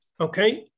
Okay